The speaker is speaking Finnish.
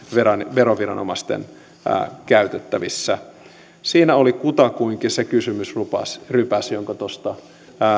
veroviranomaisten käytettävissä siinä oli kutakuinkin se kysymysrypäs jonka tuosta